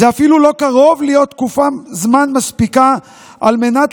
זה אפילו לא קרוב להיות תקופה מספיקה על מנת